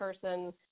person